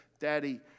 Daddy